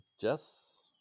Jess